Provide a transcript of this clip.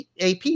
AP